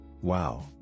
Wow